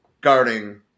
guarding